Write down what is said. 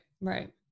right